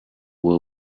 war